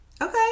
okay